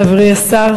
חברי השר,